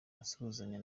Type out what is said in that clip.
asuhuzanya